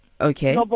Okay